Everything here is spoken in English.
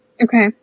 Okay